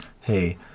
hey